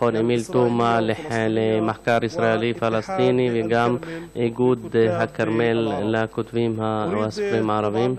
מכון אמיל תומא למחקר ישראלי-פלסטיני וגם איגוד הכרמל לסופרים הערבים.